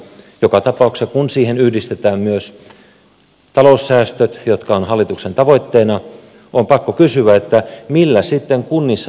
joka tapauksessa kun siihen yhdistetään myös taloussäästöt jotka ovat hallituksen tavoitteena on pakko kysyä millä sitten kunnissa tullaan toimeen